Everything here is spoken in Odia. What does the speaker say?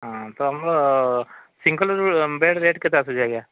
ହଁ ତ ଆମର ସିଙ୍ଗଲ ବେଡ୍ ରେଟ୍ କେତେ ଆସୁଛି ଆଜ୍ଞା